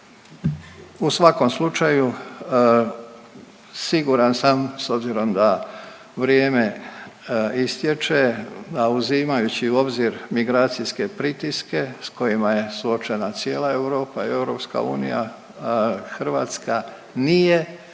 U svakom slučaju siguran sam s obzirom da vrijeme istječe, a uzimajući u obzir migracijske pritiske sa kojima je suočena cijela Europa, Europska unija Hrvatska nije